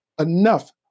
enough